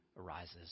arises